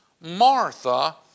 Martha